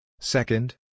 Second